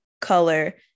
color